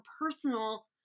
personal